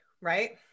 right